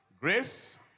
grace